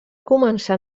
començar